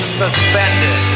suspended